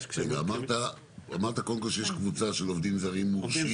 אמרת שיש לך קודם כל קבוצה של עובדים זרים מורשים.